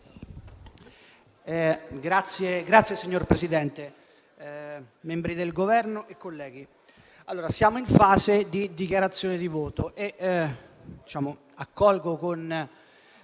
Signor Presidente, membri del Governo, colleghi, siamo in fase di dichiarazione di voto.